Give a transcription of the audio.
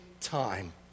time